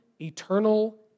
eternal